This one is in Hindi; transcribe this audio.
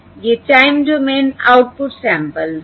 ये टाइम डोमेन आउटपुट सैंपल्स हैं